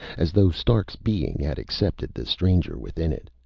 as though stark's being had accepted the stranger within it.